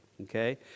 okay